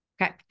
Okay